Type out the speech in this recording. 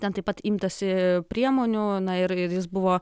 ten taip pat imtasi priemonių na ir ir jis buvo